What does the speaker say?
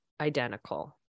identical